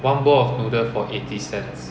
one bowl of noodle for eighty cents